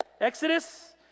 Exodus